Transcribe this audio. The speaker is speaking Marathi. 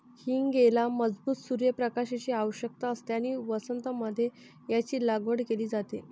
हींगेला मजबूत सूर्य प्रकाशाची आवश्यकता असते आणि वसंत मध्ये याची लागवड केली जाते